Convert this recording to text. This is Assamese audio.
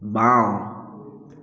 বাওঁ